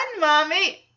mommy